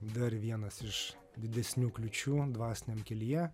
dar vienas iš didesnių kliūčių dvasiniam kelyje